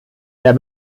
der